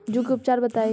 जूं के उपचार बताई?